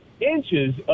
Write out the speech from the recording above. inches